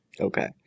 Okay